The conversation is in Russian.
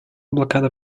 блокада